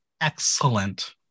excellent